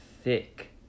thick